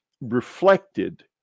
reflected